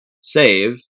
save